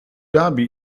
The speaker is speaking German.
dhabi